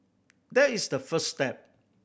there is the first step